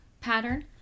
pattern